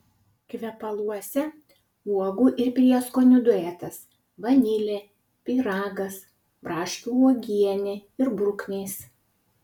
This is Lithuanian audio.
kvepaluose uogų ir prieskonių duetas vanilė pyragas braškių uogienė ir bruknės